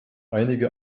einige